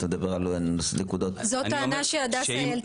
אתה מדבר על נקודות --- זו טענה שהדסה העלתה.